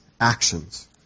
actions